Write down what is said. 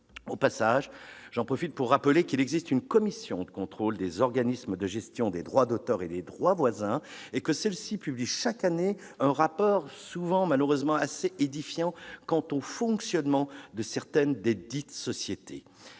Au passage, je rappelle qu'il existe une commission de contrôle des organismes de gestion des droits d'auteur et des droits voisins, qui publie chaque année un rapport, souvent assez édifiant quant au fonctionnement de certaines de ces sociétés.